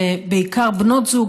בעיקר של בנות זוג,